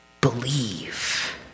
believe